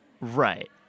Right